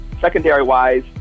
Secondary-wise